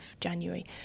January